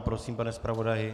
Prosím, pane zpravodaji.